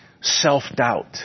self-doubt